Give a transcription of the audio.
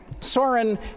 Soren